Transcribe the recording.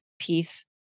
peace